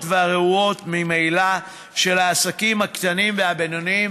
והרעועות ממילא של העסקים הקטנים והבינוניים,